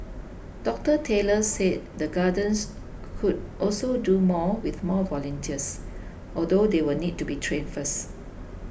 Doctor Taylor said the gardens could also do more with more volunteers although they will need to be trained first